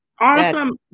Awesome